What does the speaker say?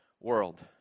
world